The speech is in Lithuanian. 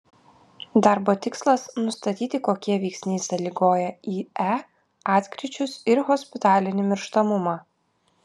darbo tikslas nustatyti kokie veiksniai sąlygoja ie atkryčius ir hospitalinį mirštamumą